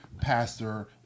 pastor